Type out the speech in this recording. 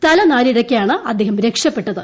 തലനാരിഴയ്ക്കാണ് അദ്ദേഹം രക്ഷപ്പെട്ടത്